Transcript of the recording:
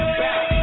back